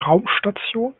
raumstation